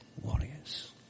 warriors